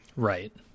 Right